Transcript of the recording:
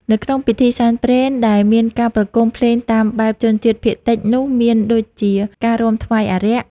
នៅក្នុងពិធីសែនព្រេនដែលមានការប្រគំភ្លេងតាមបែបជនជាតិភាគតិចនោះមានដូចជា ការរាំថ្វាយអារក្ស។